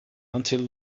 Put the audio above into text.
until